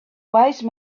wise